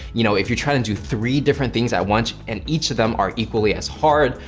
you know, if you're trying to do three different things at once and each of them are equally as hard,